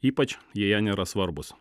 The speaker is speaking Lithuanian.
ypač jei jie nėra svarbūs